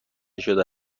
شده